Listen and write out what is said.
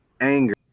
anger